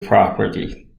property